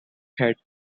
had